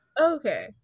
okay